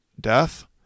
death